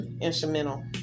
Instrumental